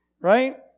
Right